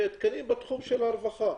תקנים בתחום הרווחה.